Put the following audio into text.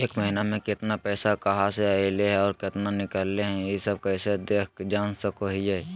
एक महीना में केतना पैसा कहा से अयले है और केतना निकले हैं, ई सब कैसे देख जान सको हियय?